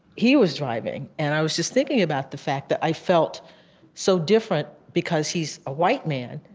he was driving. and i was just thinking about the fact that i felt so different because he's a white man.